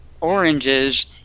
oranges